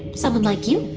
someone like you.